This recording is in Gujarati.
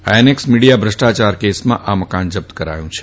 આઈએનએક્સ મીડિયા ભ્રષ્ટાયાર કેસમાં આ મકાન જપ્ત કરાયું છે